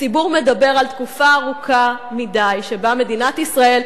הציבור מדבר על תקופה ארוכה מדי שבה מדינת ישראל,